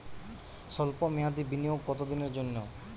সল্প মেয়াদি বিনিয়োগ কত দিনের জন্য?